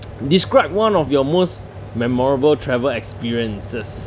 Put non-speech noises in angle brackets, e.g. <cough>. <noise> describe one of your most memorable travel experiences